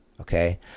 Okay